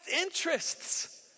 interests